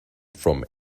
from